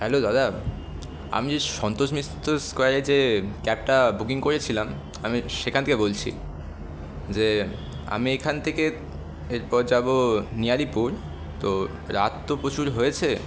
hello দাদা আমি সন্তোষ মিত্র স্কোয়ারে যে ক্যাবটা বুকিং করেছিলাম আমি সেখান থেকে বলছি যে আমি এখান থেকে এরপর যাবো নিউ আলিপুর তো রাত তো প্রচুর হয়েছে